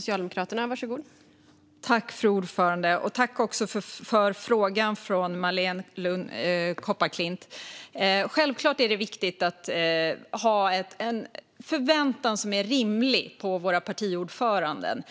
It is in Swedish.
Fru talman! Tack för frågan, Marléne Lund Kopparklint! Självklart är det viktigt att ha en förväntan som är rimlig på våra partiordförande.